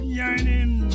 yearning